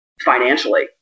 financially